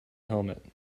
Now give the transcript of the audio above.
helmet